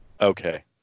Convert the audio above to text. Okay